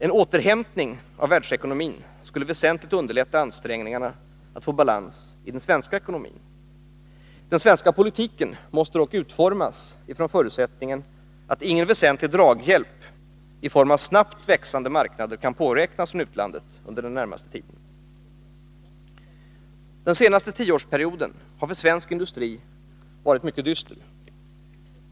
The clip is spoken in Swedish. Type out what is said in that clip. En återhämtning av världsekonomin skulle väsentligt underlätta ansträngningarna att få balans i den svenska ekonomin. Den svenska politiken måste dock utformas utifrån förutsättningen att ingen väsentlig draghjälp i form av snabbt växande marknader kan påräknas från utlandet under den närmaste tiden. Den senaste tioårsperioden har för svensk industri varit mycket dyster.